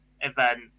event